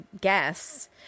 guess